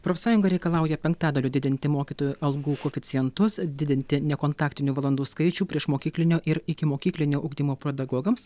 profsąjunga reikalauja penktadaliu didinti mokytojų algų koeficientus didinti nekontaktinių valandų skaičių priešmokyklinio ir ikimokyklinio ugdymo pedagogams